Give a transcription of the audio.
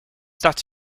that